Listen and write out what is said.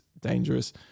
dangerous